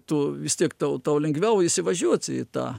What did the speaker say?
tu vis tiek tau tau lengviau įsivažiuoti į tą